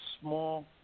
small